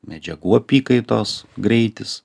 medžiagų apykaitos greitis